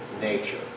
nature